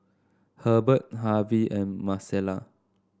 Herbert Harvy and Marcela